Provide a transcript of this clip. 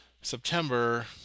September